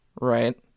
Right